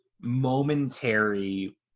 momentary